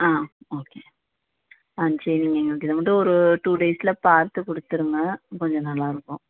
ஆ okay ஆ சரிங்க எனக்கு இதை மட்டும் ஒரு டூ டேஸில் பார்த்துக் கொடுத்துருங்க கொஞ்சம் நல்லா இருக்கும்